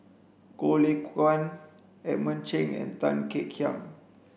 Goh Lay Kuan Edmund Cheng and Tan Kek Hiang